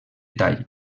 tall